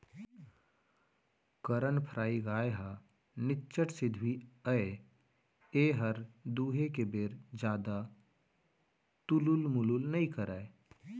करन फ्राइ गाय ह निच्चट सिधवी अय एहर दुहे के बेर जादा तुलुल मुलुल नइ करय